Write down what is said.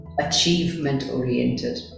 achievement-oriented